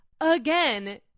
again